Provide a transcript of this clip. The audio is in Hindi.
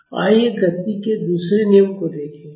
आइए गति के दूसरे नियम को देखें